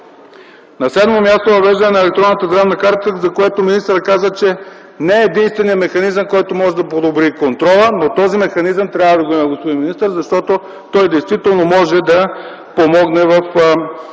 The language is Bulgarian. На седмо място – въвеждане на електронната здравна карта, за която министърът каза, че не е единственият механизъм, който може да подобри контрола. Но този механизъм трябва да го има, господин министър, защото той действително може да помогне при